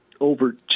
over